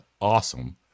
awesome